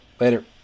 Later